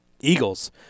Eagles